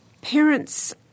parents